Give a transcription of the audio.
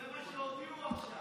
זה מה שהודיעו עכשיו.